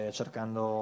cercando